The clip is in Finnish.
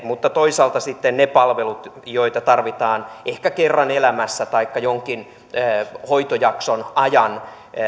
mutta toisaalta sitten ne palvelut joita tarvitaan ehkä kerran elämässä taikka jonkin hoitojakson ajan